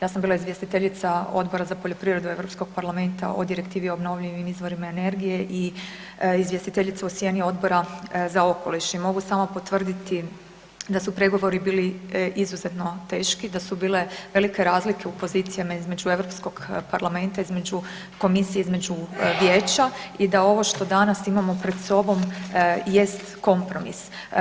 Ja sam bila izvjestiteljica Odbora za poljoprivredu Europskog parlamenta o Direktivi o obnovljivim izvorima energije i izvjestiteljica u sjeni Odbora za okoliš i mogu samo potvrditi da su pregovori bili izuzetno teški, da su bile velike razlike u pozicijama između Europskog parlamenta, između komisije, između vijeća i da ovo što danas imamo pred sobom jest kompromis.